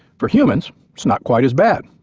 for humans it's not quite as bad,